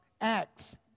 Acts